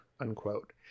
unquote